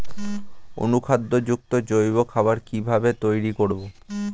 অনুখাদ্য যুক্ত জৈব খাবার কিভাবে তৈরি করব?